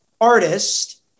artist